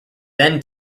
then